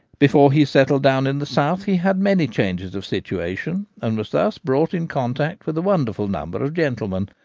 before he settled down in the south he had many changes of situation, and was thus brought in contact with a wonderful number of gentlemen,